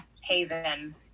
haven